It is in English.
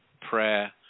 prayer